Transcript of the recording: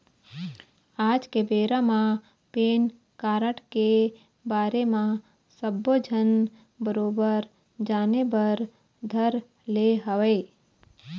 आज के बेरा म पेन कारड के बारे म सब्बो झन बरोबर जाने बर धर ले हवय